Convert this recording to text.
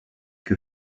que